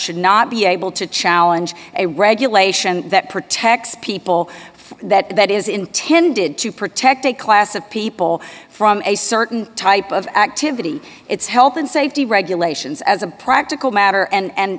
should not be able to challenge a regulation that protects people that is intended to protect a class of people from a certain type of activity its health and safety regulations as a practical matter and